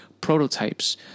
prototypes